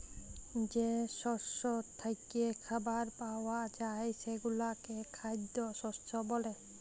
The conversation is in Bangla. যে শস্য থ্যাইকে খাবার পাউয়া যায় সেগলাকে খাইদ্য শস্য ব্যলে